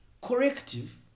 corrective